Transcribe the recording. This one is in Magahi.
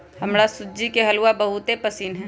हमरा सूज्ज़ी के हलूआ बहुते पसिन्न हइ